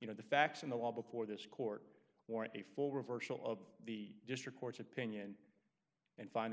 you know the facts in the law before this court warrant a full reversal of the district court's opinion and find that